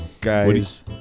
Guys